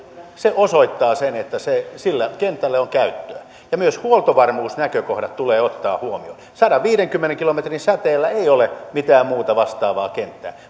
se osoittaa sen että sille kentälle on käyttöä myös huoltovarmuusnäkökohdat tulee ottaa huomioon sadanviidenkymmenen kilometrin säteellä ei ole mitään muuta vastaavaa kenttää